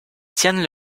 tiennent